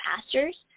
pastors